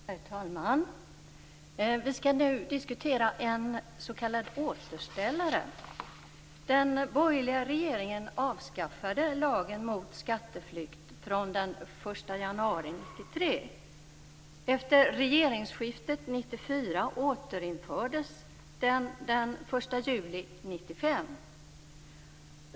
Herr talman! Vi skall nu diskutera en s.k. återställare. Den borgerliga regeringen avskaffade lagen mot skatteflykt från den 1 januari 1993. Efter regeringsskiftet 1994 återinfördes den den 1 juli 1995.